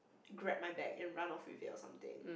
grab my bag and run off with it or something